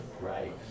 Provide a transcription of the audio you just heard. Right